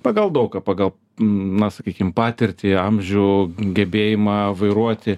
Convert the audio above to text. pagal daug ką pagal na sakykim patirtį amžių gebėjimą vairuoti